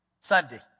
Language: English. Sunday